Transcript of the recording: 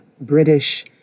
British